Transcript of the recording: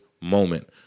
moment